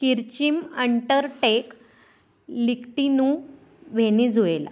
किरचिम अंटरटेक लिकटिनू व्हेनेझुएला